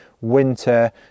winter